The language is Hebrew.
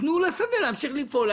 תנו לשדה להמשיך לפעול,